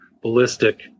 ballistic